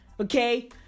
okay